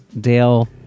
Dale